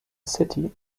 city